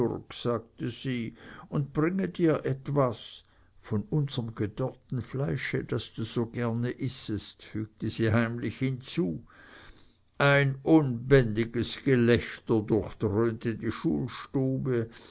sagte sie und bringe dir etwas von unserm gedörrten fleische das du so gerne issest fügte sie heimlich hinzu ein unbändiges gelächter durchdröhnte die schulstube